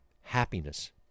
happiness